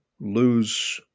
lose